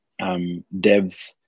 devs